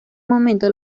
momento